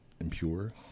Impure